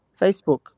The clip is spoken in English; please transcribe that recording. Facebook